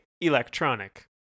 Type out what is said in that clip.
electronic